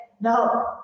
No